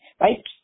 Right